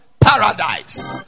Paradise